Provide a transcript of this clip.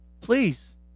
Please